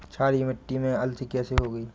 क्षारीय मिट्टी में अलसी कैसे होगी?